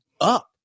up